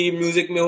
music